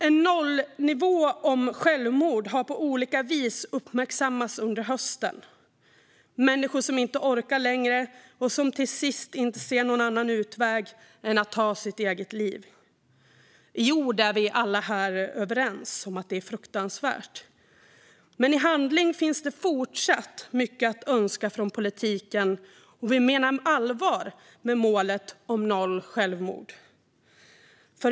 En nollnivå för självmord har på olika vis uppmärksammats under hösten. Det handlar om människor som inte orkar längre och som till sist inte ser någon annan utväg än att ta sitt eget liv. I ord är vi alla överens om att det är fruktansvärt, men i handling finns det fortsatt mycket att önska från politiken om vi menar allvar med målet om noll självmord.